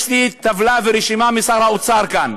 יש לי טבלה ורשימה משר האוצר כאן.